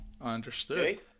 understood